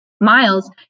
miles